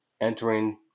entering